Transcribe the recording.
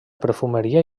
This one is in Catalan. perfumeria